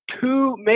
two